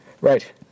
right